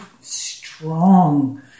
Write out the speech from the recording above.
strong